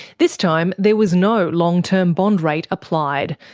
this time there was no long-term bond rate applied,